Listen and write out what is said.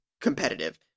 competitive